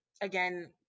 again